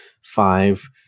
five